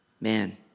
Man